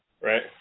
Right